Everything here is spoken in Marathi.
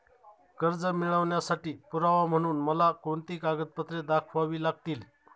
कर्ज मिळवण्यासाठी पुरावा म्हणून मला कोणती कागदपत्रे दाखवावी लागतील?